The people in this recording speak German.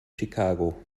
chicago